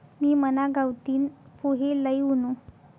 मी मना गावतीन पोहे लई वुनू